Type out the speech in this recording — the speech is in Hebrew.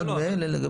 אחד מאלה.